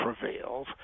prevails